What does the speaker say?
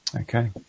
Okay